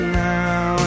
now